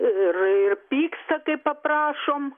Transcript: ir ir pyksta kai paprašom